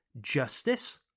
justice